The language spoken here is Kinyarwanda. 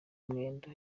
mwendo